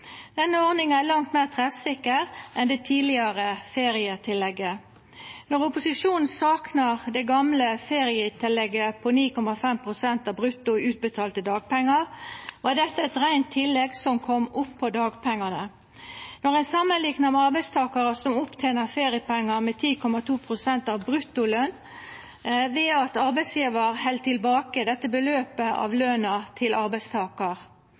Denne ordninga er langt meir treffsikker enn det tidlegare ferietillegget. Når opposisjonen saknar det gamle ferietillegget på 9,5 pst. av brutto utbetalte dagpengar, var dette eit reint tillegg som kom oppå dagpengane. Når ein samanliknar med arbeidstakarar som tener opp feriepengar med 10,2 pst. av bruttoløn, skjer det ved at arbeidsgjevar held tilbake dette beløpet av løna til arbeidstakar.